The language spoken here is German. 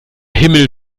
himmel